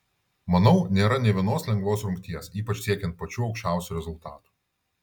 manau nėra nė vienos lengvos rungties ypač siekiant pačių aukščiausių rezultatų